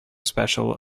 special